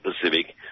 pacific